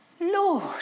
Lord